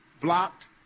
blocked